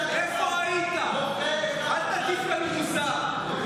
אל תטיף לנו מוסר,